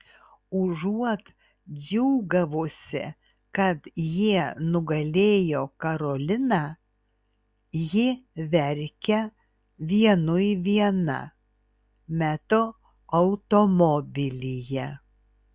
užuot džiūgavusi kad jie nugalėjo karoliną ji verkia vienui viena meto automobilyje